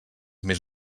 més